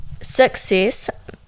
success